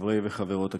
חברי וחברות הכנסת,